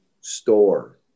store